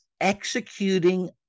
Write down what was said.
executing